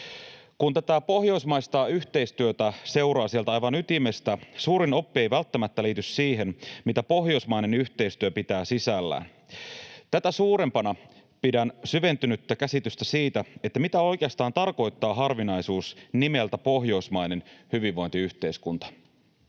Kun tätä pohjoismaista yhteistyötä seuraa sieltä aivan ytimestä, suurin oppi ei välttämättä liity siihen, mitä pohjoismainen yhteistyö pitää sisällään. Tätä suurempana pidän syventynyttä käsitystä siitä, mitä oikeastaan tarkoittaa harvinaisuus nimeltä ”pohjoismainen hyvinvointiyhteiskunta”.